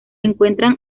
encuentra